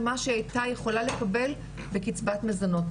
למה שהייתה יכולה לקבל בקצבת מזונות.